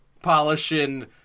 Polishing